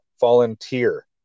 volunteer